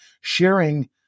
sharing